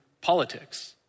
politics